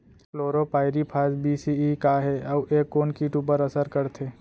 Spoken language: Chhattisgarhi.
क्लोरीपाइरीफॉस बीस सी.ई का हे अऊ ए कोन किट ऊपर असर करथे?